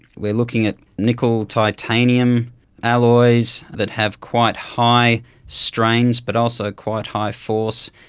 we are looking at nickel titanium alloys that have quite high strains but also quite high force,